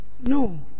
no